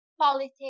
politics